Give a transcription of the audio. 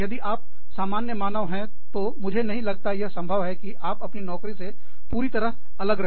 यदि आप सामान्य मानव हैं तो मुझे नहीं लगता यह संभव है कि आप अपनी नौकरी से पूरी तरह से अलग रहे